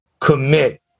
commit